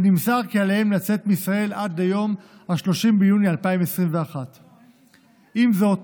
ונמסר כי עליהם לצאת מישראל עד 30 ביוני 2021. עם זאת,